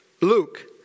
Luke